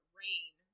rain